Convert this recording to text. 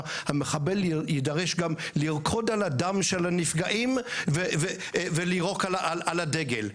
שהמחבל יידרש גם לרקוד על הדם של הנפגעים ולירוק על הדגל.